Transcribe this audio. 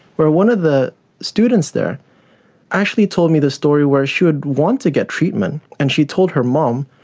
where one of the students there actually told me the story where she would want to get treatment and she told her mum,